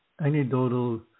anecdotal